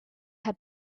had